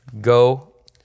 go